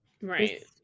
Right